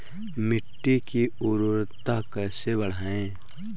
मिट्टी की उर्वरता कैसे बढ़ाएँ?